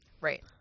Right